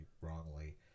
wrongly